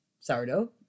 sourdough